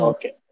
Okay